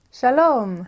Shalom